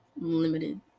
limited